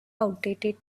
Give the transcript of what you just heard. outdated